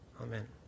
Amen